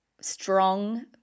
strong